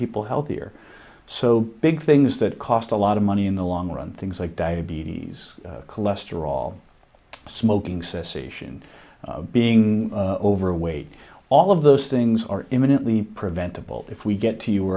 people healthier so big things that cost a lot of money in the long run things like diabetes cholesterol smoking cessation being overweight all of those things are imminently preventable if we get to you